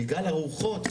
בגלל הרוחות,